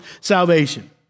salvation